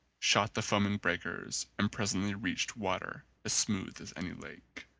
shot the foaming breakers and presently reached water as smooth as any lake.